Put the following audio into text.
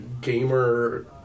gamer